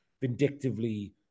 vindictively